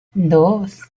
dos